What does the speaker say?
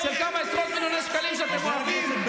הוא לא רלוונטי בכלל לחוק הזה.